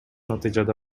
натыйжада